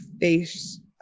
face